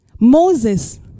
Moses